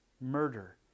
murder